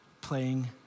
playing